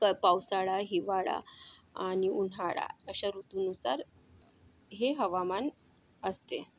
तर पावसाळा हिवाळा आणि उन्हाळा अश्या ऋतूनुसार हे हवामान असते